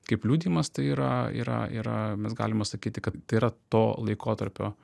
kaip liudijimas tai yra yra yra mes galima sakyti kad tai yra to laikotarpio